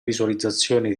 visualizzazione